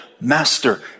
Master